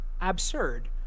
absurd